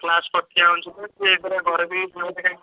ସେ କ୍ଳାସ୍ କରୁଛି ସେ ପରା ଘରେ ବି